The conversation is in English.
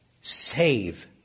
save